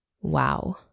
wow